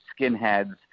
skinheads